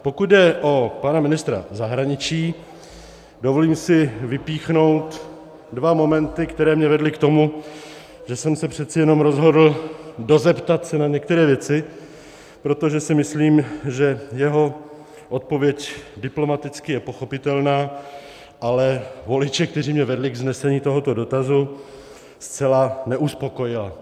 Pokud jde o pana ministra zahraničí, dovolím si vypíchnout dva momenty, které mě vedly k tomu, že jsem se přece jenom rozhodl dozeptat na některé věci, protože si myslím, že jeho odpověď je diplomaticky pochopitelná, ale voliče, kteří mě vedli k vznesení tohoto dotazu, zcela neuspokojila.